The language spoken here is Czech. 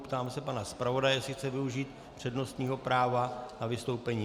Ptám se pana zpravodaje, jestli chce využít přednostního práva na vystoupení.